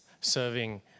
serving